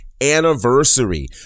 anniversary